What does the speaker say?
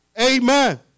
Amen